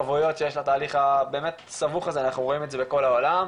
ברכב ואפילו בבית שלהם בעקבות שימוש בקנאביס,